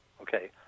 Okay